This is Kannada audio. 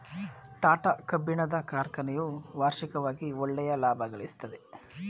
ಟಾಟಾ ಕಬ್ಬಿಣದ ಕಾರ್ಖನೆಯು ವಾರ್ಷಿಕವಾಗಿ ಒಳ್ಳೆಯ ಲಾಭಗಳಿಸ್ತಿದೆ